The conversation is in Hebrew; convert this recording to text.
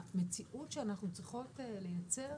המציאות שאנחנו צריכות לייצר